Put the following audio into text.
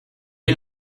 est